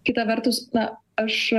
kita vertus na aš